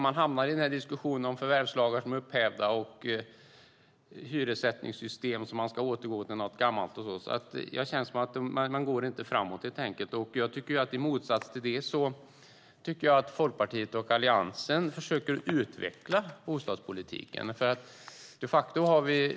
De hamnar i en diskussion om förvärvslagar som är upphävda och hyressättningssystem, där de ska återgå till något gammalt. Det känns helt enkelt som om de inte går framåt. I motsats till det tycker jag att Folkpartiet och Alliansen försöker utveckla bostadspolitiken.